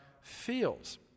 feels